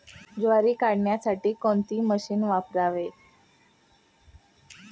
ज्वारी काढण्यासाठी कोणते मशीन वापरावे?